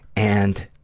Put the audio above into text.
and